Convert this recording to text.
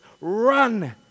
run